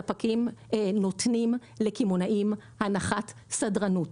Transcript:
ספקים נותנים לקמעונאים הנחת סדרנות,